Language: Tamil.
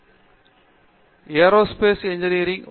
பேராசிரியர் பிரதாப் ஹரிதாஸ் ஏரோஸ்பேஸ் இன்ஜினியரிங்